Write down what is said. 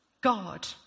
God